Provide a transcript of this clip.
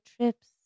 trips